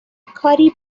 کاری